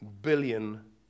billion